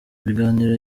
biganiro